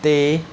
ਅਤੇ